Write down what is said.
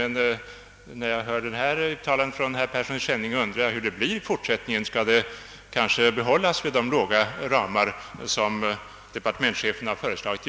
Men efter herr Perssons i Skänninge uttalande undrar jag hur det kommer att bli i fortsättningen: Skall ramarna förbli så låga som departementschefen i år föreslagit?